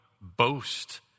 boast